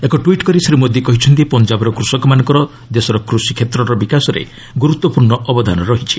ଏକ ଟ୍ସିଟ୍ କରି ଶ୍ରୀ ମୋଦି କହିଛନ୍ତି ପଞ୍ଜାବର କୁଷକମାନଙ୍କର ଦେଶର କୃଷି କ୍ଷେତ୍ରର ବିକାଶରେ ଗୁରୁତ୍ୱପୂର୍ଣ୍ଣ ଅବଦାନ ରହିଛି